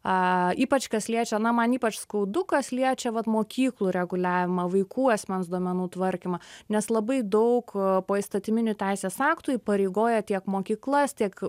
a ypač kas liečia na man ypač skaudu kas liečia vat mokyklų reguliavimą vaikų asmens duomenų tvarkymą nes labai daug poįstatyminių teisės aktų įpareigoja tiek mokyklas tiek